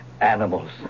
animals